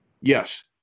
Yes